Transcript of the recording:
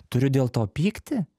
turiu dėl to pykti